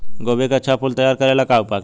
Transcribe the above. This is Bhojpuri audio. गोभी के अच्छा फूल तैयार करे ला का उपाय करी?